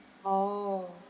orh